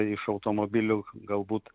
iš automobilių galbūt